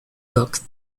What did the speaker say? book